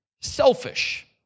selfish